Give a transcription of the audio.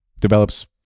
develops